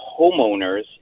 homeowners